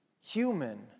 human